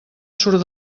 surt